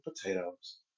potatoes